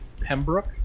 Pembroke